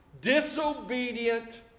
disobedient